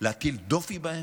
להטיל דופי בהם?